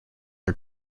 are